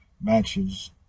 matches